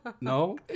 no